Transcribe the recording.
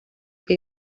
que